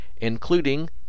including